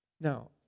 Now